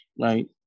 Right